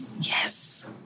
Yes